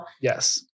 yes